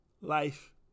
Life